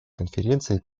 конференции